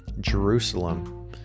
Jerusalem